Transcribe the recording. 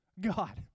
God